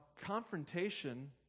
confrontation